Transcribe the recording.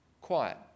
Quiet